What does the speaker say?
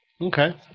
Okay